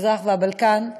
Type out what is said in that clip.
המזרח והבלקן.